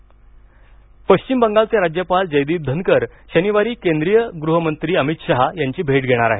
पश्चिम बंगाल पश्चिम बंगालचे राज्यपाल जयदीप धनकर शनिवारी केंद्रीय गृहमंत्री अमित शाह यांची भेट घेणार आहेत